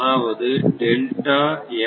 அதாவது delta F ஆனது 0